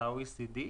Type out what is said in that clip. ל-OECD,